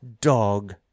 Dog